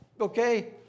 okay